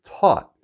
taught